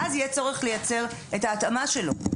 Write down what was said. ואז יהיה צורך לייצר את ההתאמה שלו.